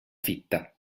fitta